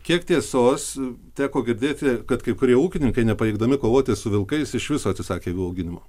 kiek tiesos teko girdėti kad kai kurie ūkininkai nepajėgdami kovoti su vilkais iš viso atsisakė avių auginimo